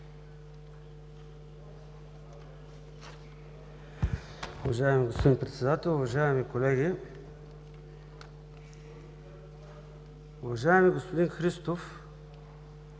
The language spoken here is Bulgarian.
Уважаеми господин Председател, уважаеми колеги! Уважаеми господин Христов,